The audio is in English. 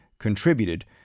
contributed